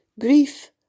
Grief